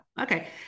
Okay